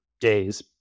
days